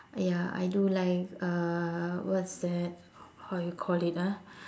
ya I do like uh what's that how you call it ah